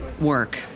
work